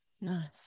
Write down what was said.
Nice